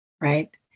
Right